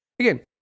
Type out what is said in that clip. again